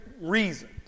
reasons